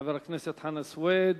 חבר הכנסת חנא סוייד.